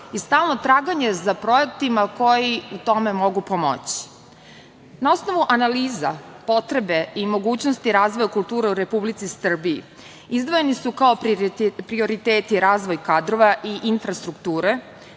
i stalno traganje za projektima koji u tome mogu pomoći. Na osnovu analiza potrebe i mogućnosti razvoja kulture u Republici Srbiji, izdvojeni su kao prioriteti razvoj kadrova i infrastrukture,